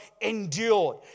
endured